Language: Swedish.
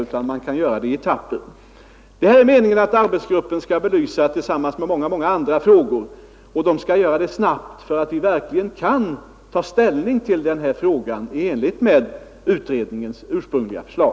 Det här är det meningen att arbetsgruppen skall belysa tillsammans med många andra frågor, och den skall göra det snabbt för att vi verkligen skall kunna ta ställning till den här frågan i enlighet med utredningens ursprungliga förslag.